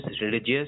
religious